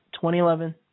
2011